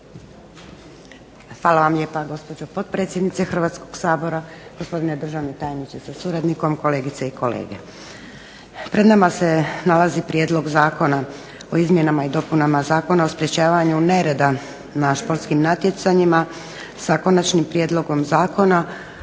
Hvala vam lijepa, gospođo potpredsjednice Hrvatskoga sabora. Gospodine državni tajniče sa suradnikom. Kolegice i kolege. Pred nama se nalazi Prijedlog zakona o izmjenama i dopunama Zakona o sprečavanju nereda na športskim natjecanjima, sa konačnim prijedlogom zakona.